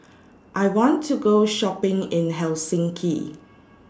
I want to Go Shopping in Helsinki